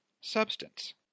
substance